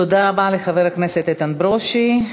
תודה רבה לחבר הכנסת איתן ברושי.